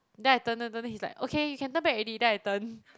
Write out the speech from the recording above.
then I turn turn turn he's like okay you can turn back already then I turn